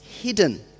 hidden